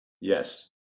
Yes